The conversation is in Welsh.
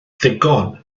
ddigon